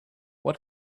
what